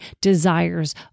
desires